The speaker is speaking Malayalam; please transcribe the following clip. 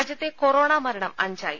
രാജ്യത്തെ കൊറോണ മരണം അഞ്ചായി